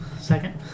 Second